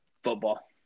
football